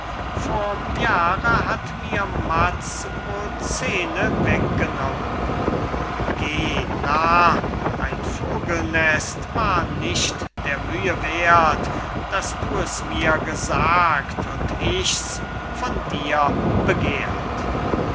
vorm jahre hat mir matz wohl zehne weggenommen geh narr ein vogelnest war nicht der mühe wert daß du es mir gesagt und ichs von dir begehrt